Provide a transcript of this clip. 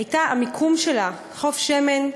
היה המיקום שלה: חוף שמן,